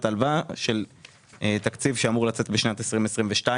ההלוואה של תקציב שאמור לצאת בשנת 2022,